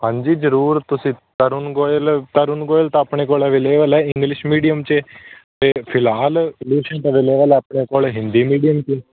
ਹਾਂਜੀ ਜ਼ਰੂਰ ਤੁਸੀਂ ਤਰੁਣ ਗੋਇਲ ਤਰੁਣ ਗੋਇਲ ਤਾਂ ਆਪਣੇ ਕੋਲ ਅਵੇਲੇਬਲ ਹੈ ਇੰਗਲਿਸ਼ ਮੀਡੀਅਮ 'ਚ ਅਤੇ ਫਿਲਹਾਲ ਲੂਸੈਂਟ ਅਵੇਲੇਵਲ ਹੈ ਆਪਣੇ ਕੋਲ ਹਿੰਦੀ ਮੀਡੀਅਮ 'ਚ